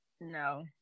No